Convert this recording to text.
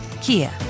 Kia